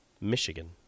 Michigan